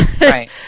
right